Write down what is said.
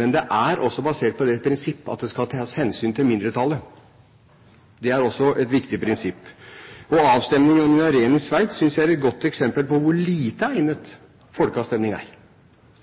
Men det er også basert på det prinsipp at det skal tas hensyn til mindretallet. Det er også et viktig prinsipp. Avstemning om minareter i Sveits synes jeg er et godt eksempel på hvor lite egnet folkeavstemning er.